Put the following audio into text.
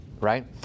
right